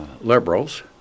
liberals